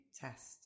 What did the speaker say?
test